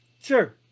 Sure